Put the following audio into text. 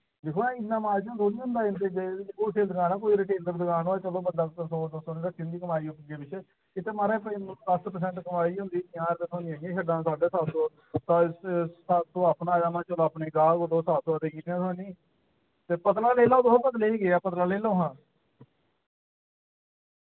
दिक्खो हां इ'न्ना मार्जिन थोह्ड़ी होंदा इ'नें चीजें होलसेल दकान ऐ कोई रिटेलर दकान होऐ चलो बंदा सौ दो सौ रपेऽ किल्ली कमाई अग्गें पिच्छे इत्थै महाराज कोई दस परसेंट कमाई होंदी पंजाह् रपेऽ तुसें इयां छड्डा नां साड्ढे सत्त सौ सत्त सौ अपना कम्म ऐ चलो अपने गाह्क ओ तुस ते पतला लेई लैओ तुस पतला च केह् ऐ पतला लेई लैओ हां